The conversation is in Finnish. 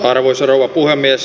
arvoisa rouva puhemies